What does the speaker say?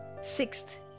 Sixth